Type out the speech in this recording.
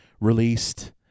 released